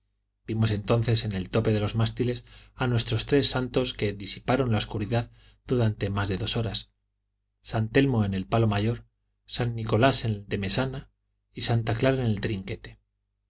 vimos entonces en el tope de los mástiles a nuestros tres santos que disiparon la oscuridad durante más de dos horas san telmo en el palo mayor san nicolás en el de mesana y santa clara en el trinquete